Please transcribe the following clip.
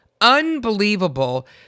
Unbelievable